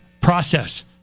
process